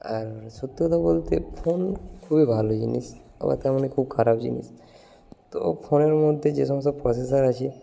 আর সত্যি কথা বলতে ফোন খুবই ভালো জিনিস আবার তেমন খুব খারাপ জিনিস তো ফোনের মধ্যে যে সমস্ত প্রসেসার আছে